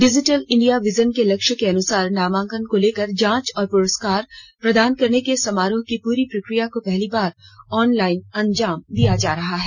digital India vision के लक्ष्य के अनुसार नामांकन से लेकर जांच और पुरस्कार प्रदान करने के समारोह की पूरी प्रक्रिया को पहली बार ऑनलाइन अंजाम दिया जा रहा है